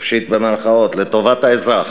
לטובת האזרח,